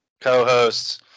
co-hosts